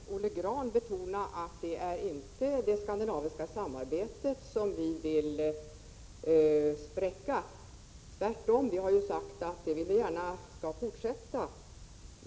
Herr talman! Liksom Olle Grahn vill jag betona att vi alls inte vill spräcka det skandinaviska samarbetet. Tvärtom, vi har ju sagt att vi gärna vill att samarbetet skall fortsätta.